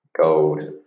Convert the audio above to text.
gold